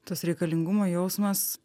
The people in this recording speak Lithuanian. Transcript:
tas reikalingumo jausmas